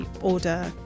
order